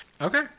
Okay